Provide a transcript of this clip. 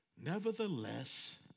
Nevertheless